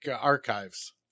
Archives